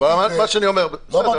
לא אמרתי את זה כביקורת.